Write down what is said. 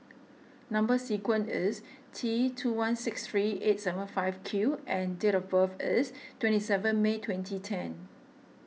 Number Sequence is T two one six three eight seven five Q and date of birth is twenty seven May twenty ten